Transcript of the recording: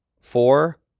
Four